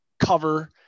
cover